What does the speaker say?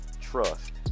trust